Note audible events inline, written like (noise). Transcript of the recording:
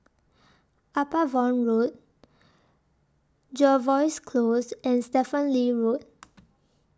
Upavon Road Jervois Close and Stephen Lee Road (noise)